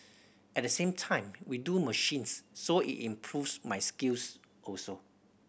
at the same time we do machines so it improves my skills also